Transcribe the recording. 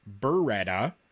Beretta